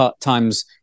times